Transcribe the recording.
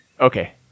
Okay